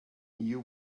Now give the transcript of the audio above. you